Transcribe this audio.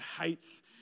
hates